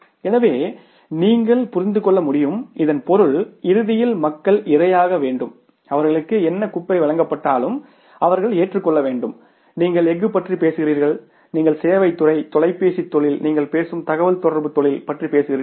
எனவே நீங்கள் புரிந்து கொள்ள முடியும் இதன் பொருள் இறுதியில் மக்கள் இரையாக வேண்டும் அவர்களுக்கு என்ன குப்பை வழங்கப்பட்டாலும் அவர்கள் ஏற்றுக்கொள்ள வேண்டும் நீங்கள் எஃகு பற்றி பேசுகிறீர்கள் நீங்கள் சேவை துறை தொலைபேசி தொழில் நீங்கள் பேசும் தகவல் தொடர்பு தொழில் பற்றி பேசுகிறீர்கள்